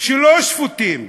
שלא שפוטים,